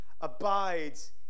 abides